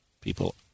people